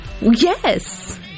Yes